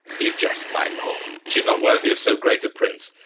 you jest, my lord she is not worthy of so great a prince.